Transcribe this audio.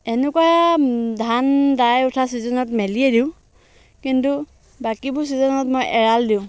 এনেকুৱা ধান দাই উঠা চিজনত মেলিয়ে দিওঁ কিন্তু বাকীবোৰ চিজনত মই এৰাল দিওঁ